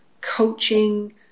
coaching